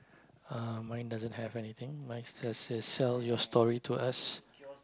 uh mine doesn't have anything mine just says sell your story to us